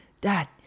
Dad